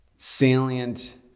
salient